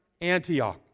Antioch